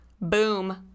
boom